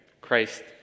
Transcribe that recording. Christ